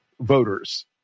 voters